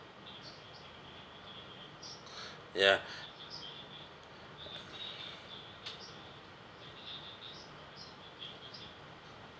ya